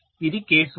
ఇది కేస్ 1